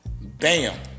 bam